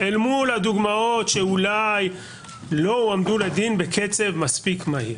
אל מול הדוגמאות שאולי לא הועמדו לדין בקצב מספיק מהיר.